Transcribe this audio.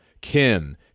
Kim